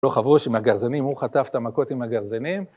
לא חברו עם הגרזנים, הוא חטף את המכות עם הגרזנים.